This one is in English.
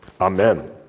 Amen